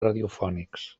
radiofònics